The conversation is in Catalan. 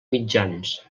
mitjans